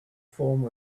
form